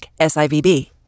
SIVB